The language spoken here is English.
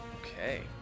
Okay